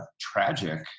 tragic